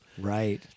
right